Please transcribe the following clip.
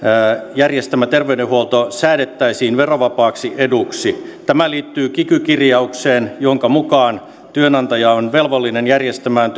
järjestämä terveydenhuolto säädettäisiin verovapaaksi eduksi tämä liittyy kiky kirjaukseen jonka mukaan työnantaja on velvollinen järjestämään